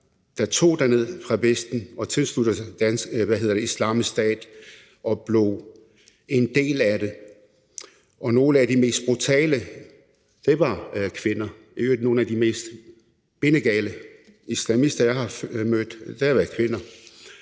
der tog derned fra Vesten, tilsluttede sig Islamisk Stat og blev en del af det – og nogle af de mest brutale var kvinder. I øvrigt har nogle af de mest bindegale islamister, jeg har mødt, været kvinder.